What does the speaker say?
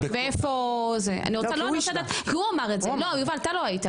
יובל אתה לא היית,